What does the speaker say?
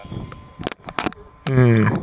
mm